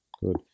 good